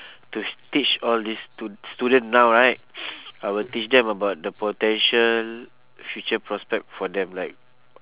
to teach all this stu~ student now right I will teach them about the potential future prospect for them like